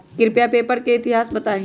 कृपया पेपर के इतिहास बताहीं